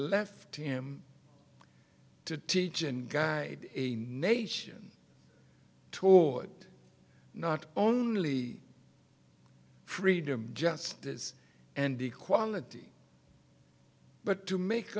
left him to teach and guide a nation toward not only freedom justice and equality but to make